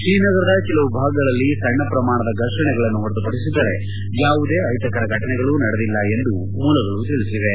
ತ್ರೀನಗರದ ಕೆಲವು ಭಾಗಗಳಲ್ಲಿ ಸಣ್ಣ ಪ್ರಮಾಣ ಸಂಘರ್ಷಗಳನ್ನು ಹೊರತುಪಡಿಸಿದರೆ ಯಾವುದೇ ಅಹಿತಕರ ಫಟನೆಗಳು ನಡೆದಿಲ್ಲ ಎಂದು ಮೂಲಗಳು ತಿಳಿಸಿವೆ